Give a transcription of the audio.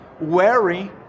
wearing